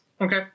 Okay